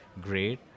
great